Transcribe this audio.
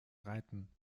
reiten